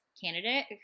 candidate